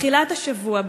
בתחילת השבוע,